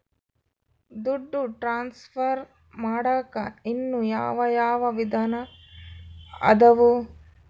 ದುಡ್ಡು ಟ್ರಾನ್ಸ್ಫರ್ ಮಾಡಾಕ ಇನ್ನೂ ಯಾವ ಯಾವ ವಿಧಾನ ಅದವು?